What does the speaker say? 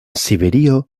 siberio